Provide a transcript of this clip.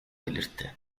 belirtti